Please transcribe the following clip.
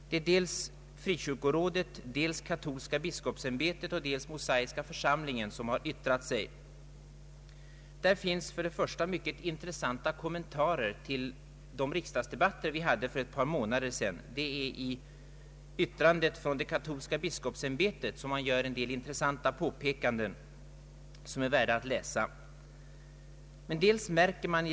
Sveriges frikyrkoråd, Katolska biskopsämbetet och Mosaiska församlingen har yttrat sig. I remissvaren ges mycket intressanta kommentarer till de riksdagsdebatter som vi hade för ett par månader sedan. I yttrandet av Katolska biskopsämbetet görs t.ex. en del påpekanden som är värda att läsa.